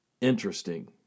interesting